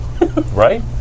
Right